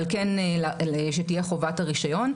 אבל כן שתהיה את חובת הרישיון.